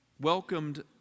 welcomed